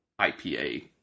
IPA